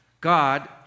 God